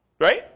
Right